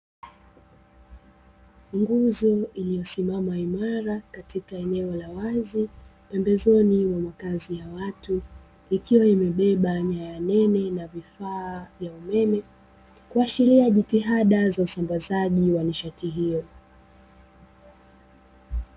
Nguzo iliyosimama imara katika eneo la wazi pembezoni mwa makazi ya watu, ikiwa imebeba nyaya nene na vifa vya umeme kuashiria jitihada za usambazaji wa nishati hiyo.